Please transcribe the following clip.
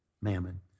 mammon